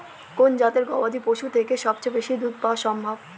কোন জাতের গবাদী পশু থেকে সবচেয়ে বেশি দুধ পাওয়া সম্ভব?